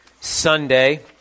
Sunday